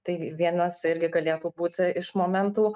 tai vienas irgi galėtų būti iš momentų